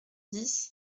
dix